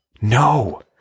No